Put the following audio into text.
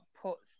puts